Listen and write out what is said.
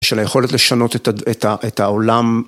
של היכולת לשנות את ה.. את העולם.